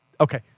Okay